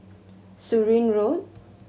Surin Road